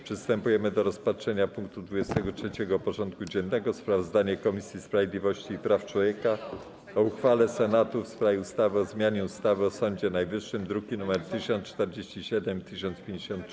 Przystępujemy do rozpatrzenia punktu 23. porządku dziennego: Sprawozdanie Komisji Sprawiedliwości i Praw Człowieka o uchwale Senatu w sprawie ustawy o zmianie ustawy o Sądzie Najwyższym (druki nr 1047 i 1053)